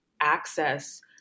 access